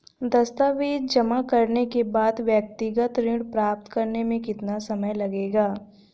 दस्तावेज़ जमा करने के बाद व्यक्तिगत ऋण प्राप्त करने में कितना समय लगेगा?